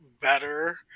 better